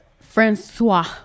Francois